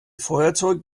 feuerzeug